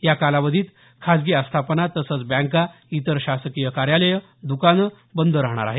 या कालावधीत खाजगी आस्थापना तसंच बँका इतर शासकीय कार्यालयं दुकानं बंद राहणार आहेत